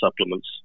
supplements